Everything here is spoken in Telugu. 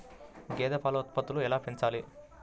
గేదె పాల ఉత్పత్తులు ఎలా పెంచాలి?